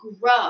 grow